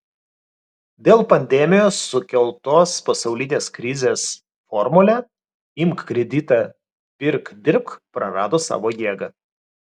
dėl pandemijos sukeltos pasaulinės krizės formulė imk kreditą pirk dirbk prarado savo jėgą